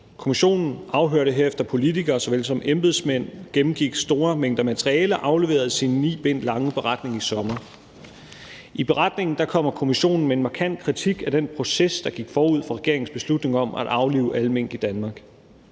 Kommissionen afhørte herefter politikere såvel som embedsmænd, gennemgik store mængder materiale og afleverede sin ni bind lange beretning i sommer. I beretningen kommer kommissionen med en markant kritik af den proces, der gik forud for regeringens beslutning om at aflive alle mink i Danmark.